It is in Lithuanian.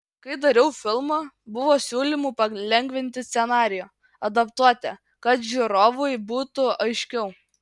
kai dariau filmą buvo siūlymų palengvinti scenarijų adaptuoti kad žiūrovui būtų aiškiau